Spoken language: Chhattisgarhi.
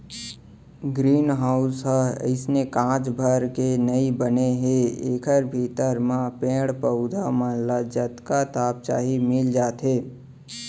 ग्रीन हाउस ह अइसने कांच भर के नइ बने हे एकर भीतरी म पेड़ पउधा मन ल जतका ताप चाही मिल जाथे